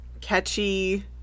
catchy